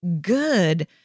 good